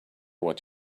what